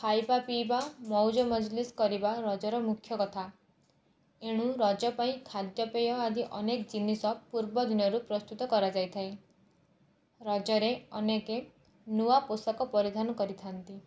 ଖାଇବା ପିଇବା ମଉଜ ମଜଲିସ୍ କରିବା ରଜର ମୁଖ୍ୟ କଥା ଏଣୁ ରଜ ପାଇଁ ଖାଦ୍ୟପେୟ ଆଦି ଅନେକ ଜିନିଷ ପୂର୍ବଦିନରୁ ପ୍ରସ୍ତୁତ କରାଯାଇଥାଏ ରଜରେ ଅନେକ ନୂଆ ପୋଷାକ ପରିଧାନ କରିଥାଆନ୍ତି